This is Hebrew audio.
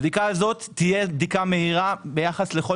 הבדיקה הזאת תהיה בדיקה מהירה ביחס לכל